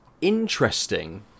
Interesting